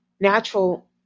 natural